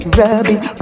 rubbing